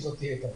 זו עמדתי.